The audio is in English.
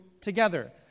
together